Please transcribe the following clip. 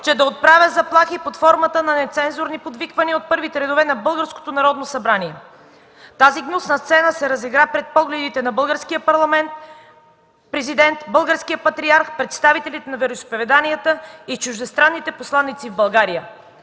че да отправя заплахи под формата на нецензурни подвиквания от първите редове на българското Народно събрание. Тази гнусна сцена се разигра пред погледите на българския Президент, българския Патриарх, представителите на вероизповеданията и чуждестранните посланици в България.